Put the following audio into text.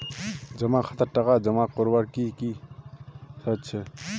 जमा खातात टका जमा करवार की की शर्त छे?